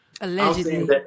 Allegedly